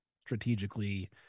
strategically